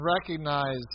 recognize